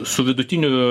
su vidutiniu